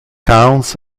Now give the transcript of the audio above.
counts